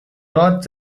dort